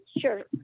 sure